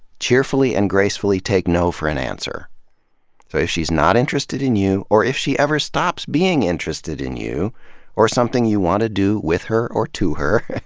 cheerfully and gracefully take no for an answer. so if she's not interested in you, or if she ever stops being interested in you or in something you want to do with her or to her,